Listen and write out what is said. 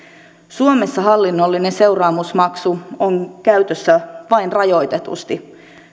suomessa hallinnollinen seuraamusmaksu on käytössä vain rajoitetusti